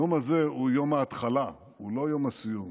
היום הזה הוא יום ההתחלה, הוא לא יום הסיום.